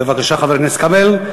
בבקשה, חבר הכנסת כבל.